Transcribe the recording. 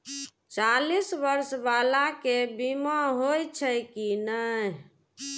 चालीस बर्ष बाला के बीमा होई छै कि नहिं?